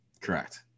Correct